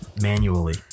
Manually